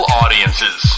audiences